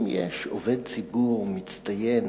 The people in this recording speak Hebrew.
אם יש עובד ציבור מצטיין